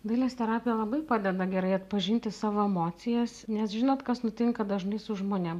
dailės terapija labai padeda gerai atpažinti savo emocijas nes žinot kas nutinka dažnai su žmonėm